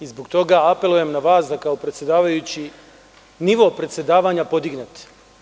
Zbog toga apelujem na vas, kao predsedavajući, nivo predsedavanja podignete.